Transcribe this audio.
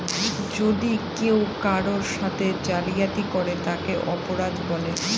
যদি কেউ কারোর সাথে জালিয়াতি করে তাকে অপরাধ বলে